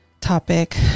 topic